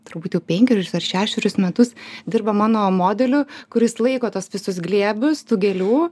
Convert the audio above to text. turbūt jau penkerius ar šešerius metus dirba mano modeliu kuris laiko tuos visus glėbius tų gėlių